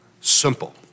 Simple